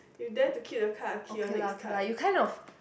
you dare to keep the card keep the next card